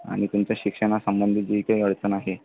आणि तुमच्या शिक्षणासंबंधी जी काही अडचण आहे